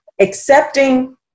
accepting